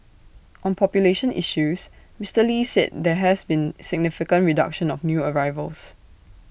on population issues Mister lee said there has been significant reduction of new arrivals